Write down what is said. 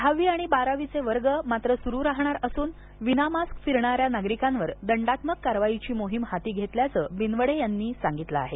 दहावी आणि बारावीचे वर्ग मात्र सुरू राहणार असून विनामास्क फिरणाऱ्या नागरिकांवर दंडात्मक कारवाईची मोहीम हाती घेतल्याचं बिनवडे यांनी सांगितलं आहे